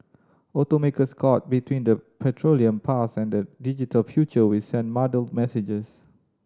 automakers caught between the petroleum past and the digital future will send muddled messages